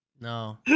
No